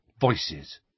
voices